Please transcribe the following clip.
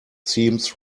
seems